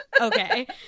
Okay